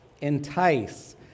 entice